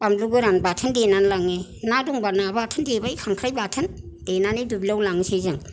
बानलु गोरान बाथोन देनानै लाङो ना दंबा ना बाथोन देबाय खांख्राइ देनानै दुब्लियाव लांसै जों